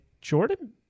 Jordan